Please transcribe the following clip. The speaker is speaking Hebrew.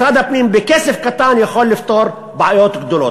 משרד הפנים בכסף קטן יכול לפתור בעיות גדולות.